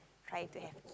try to have